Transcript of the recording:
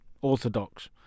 orthodox